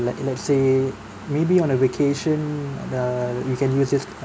like let's say maybe on a vacation err you can use this